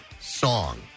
song